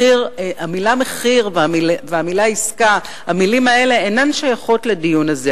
המלים "מחיר" ו"עסקה" אינן שייכות לדיון הזה.